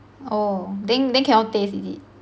oh then then cannot taste is it